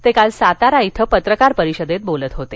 ते काल सातारा इथं पत्रकार परिषदेत बोलत होते